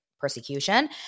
persecution